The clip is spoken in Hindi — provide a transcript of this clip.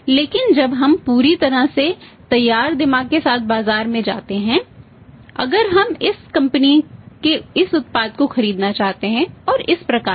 लेकिन जब हम पूरी तरह से तैयार दिमाग के साथ बाजार में जाते हैं अगर हम इस कंपनी के इस उत्पाद को खरीदना चाहते हैं और इस प्रकार को